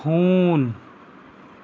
ہوٗن